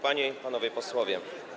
Panie i Panowie Posłowie!